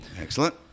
Excellent